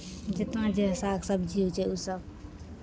जितना जे शाक सबजी होइ छै ओसभ